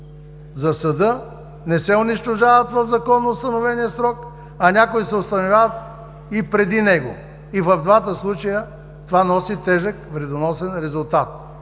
за съда не се унищожават в законоустановения срок, а някои се унищожават и преди него. И в двата случая това носи тежък вредоносен резултат.